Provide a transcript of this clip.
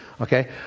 Okay